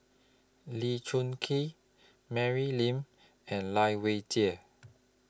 Lee Choon Kee Mary Lim and Lai Weijie